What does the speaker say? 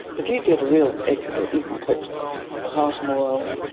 if you get a real expert you can put spicatum oil,